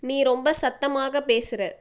நீ ரொம்ப சத்தமாக பேசுற